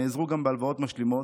אלא נעזרו גם בהלוואות משלימות.